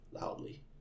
loudly